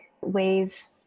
ways